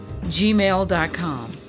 gmail.com